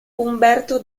umberto